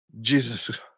Jesus